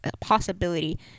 possibility